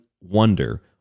wonder